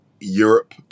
europe